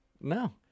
No